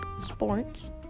sports